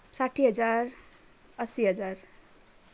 साठी हजार अस्सी हजार